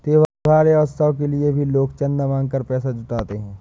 त्योहार या उत्सव के लिए भी लोग चंदा मांग कर पैसा जुटाते हैं